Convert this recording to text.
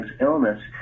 illness